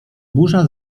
burza